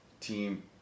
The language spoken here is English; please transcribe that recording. team